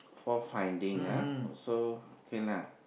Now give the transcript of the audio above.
fourth finding ah oh so okay lah